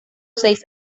seis